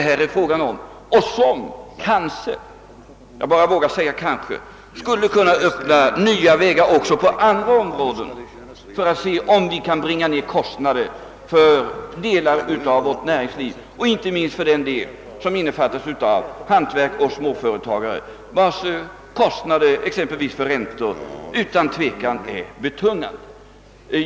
En lösning av problemet skulle kanske — mera bestämt vågar jag inte uttrycka mig — öppna nya vägar också på andra områden när det gäller att nedbringa kostnaderna för delar av vårt näringsliv. Det gäller inte minst den del som innefattar hantverkare och småföretagare, vilkas kostnader exempelvis för räntor utan tvivel är betungande.